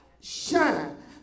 shine